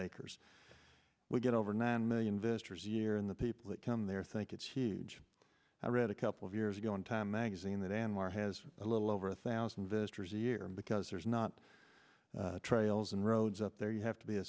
acres we get over nine million visitors a year in the people that come there think it's huge i read a couple of years ago in time magazine that anwar has a little over a thousand visitors a year because there's not trails and roads up there you have to be a